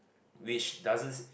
which doesn't